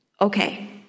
Okay